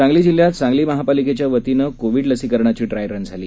सांगली जिल्ह्यात सांगली महापालिकेच्या वतीनं कोविड लसीकरणाची ड्रायरन झाली